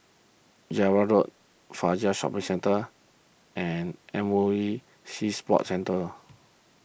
Java Road Fajar Shopping Centre and M O E Sea Sports Centre